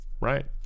Right